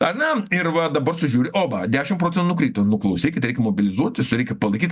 ar ne ir va dabar sužiūri o va dešimt procentų nukrito nu klausykit reik mobilizuotis reikia palaikyt